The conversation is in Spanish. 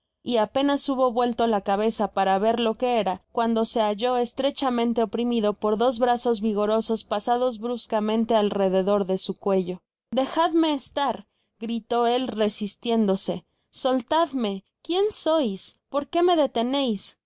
y apenas hubo vuelto la cabeza para ver lo que era cuando se halló estrechamente oprimido por dos brazos vigorosos pasados bruscamente al rededor de su cuello dejadme estar gritó él resistiéndose soltadme quien sois porque me deteneis